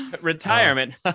Retirement